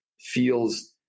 feels